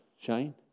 Shane